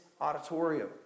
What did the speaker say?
auditorium